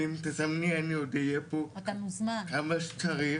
ואם תזמני אני עוד אהיה פה כמה שצריך.